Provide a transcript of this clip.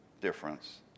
difference